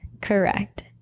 Correct